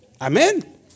Amen